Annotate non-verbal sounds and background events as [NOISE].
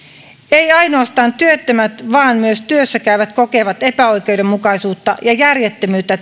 eivät ainoastaan työttömät vaan myös työssäkäyvät kokevat epäoikeudenmukaisuutta ja järjettömyyttä [UNINTELLIGIBLE]